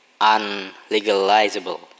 unlegalizable